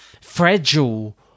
fragile